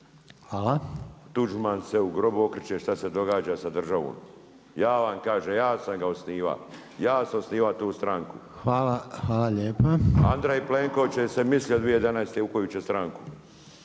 okreće. Tuđman se u grobu okreće šta se događa sa državom. Ja vam kažem, ja sam ga osniva. Ja sam osniva tu stranku. Andrej Plenković se mislio 2011. u koju će stranku.